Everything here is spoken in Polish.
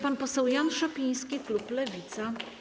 Pan poseł Jan Szopiński, klub Lewica.